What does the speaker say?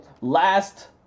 last